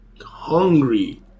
hungry